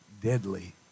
deadly